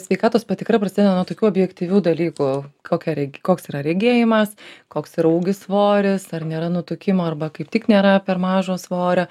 sveikatos patikra prasideda nuo tokių objektyvių dalykų kokia regi koks yra regėjimas koks yra ūgis svoris ar nėra nutukimo arba kaip tik nėra per mažo svorio